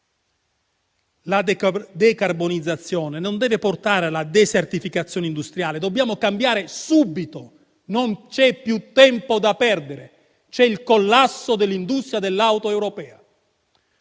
La decarbonizzazione non deve portare alla desertificazione industriale; dobbiamo cambiare subito, non c'è più tempo da perdere, siamo al collasso dell'industria dell'auto europea.